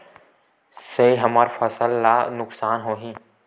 से हमर फसल ला नुकसान होही?